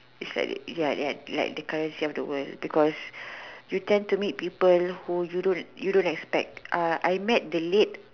is like ya ya like the currency of the worlds because you tend to meet people you don't expect because I met the late